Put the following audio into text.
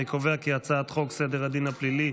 אני קובע כי הצעת חוק סדר הדין הפלילי,